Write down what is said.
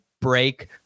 break